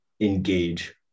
engage